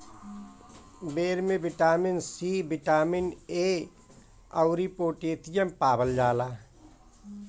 बेर में vitamin C, vitamin A अउरी पोटैशियम पावल जाला